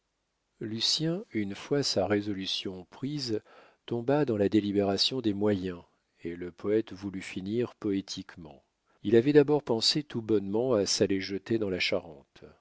lucien une fois sa résolution prise tomba dans la délibération des moyens et le poète voulut finir poétiquement il avait d'abord pensé tout bonnement à s'aller jeter dans la charente